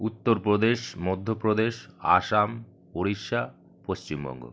Uttar Pradesh Madhya Pradesh Assam Orissa Paschimbanga